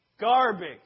garbage